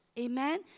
Amen